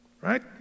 right